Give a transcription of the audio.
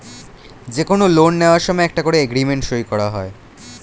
যে কোনো লোন নেয়ার সময় একটা করে এগ্রিমেন্ট সই করা হয়